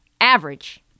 average